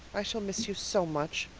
i shall miss you so much.